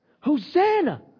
Hosanna